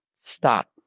stop